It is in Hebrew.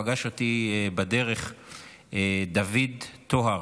פגש אותי בדרך דוד טוהר,